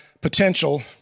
potential